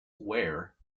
where